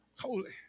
Holy